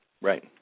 Right